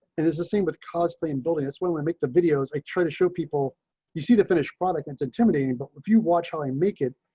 and it's the same with cosplay and building as well and make the videos i try to show people you see the finished product. it's intimidating, but if you watch how you make it,